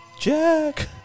Jack